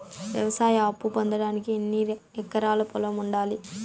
వ్యవసాయ అప్పు పొందడానికి ఎన్ని ఎకరాల పొలం ఉండాలి?